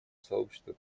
сообщество